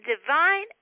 divine